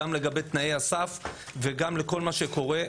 גם לגבי תנאי הסף וגם לגבי כל מה שקורה,